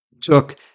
took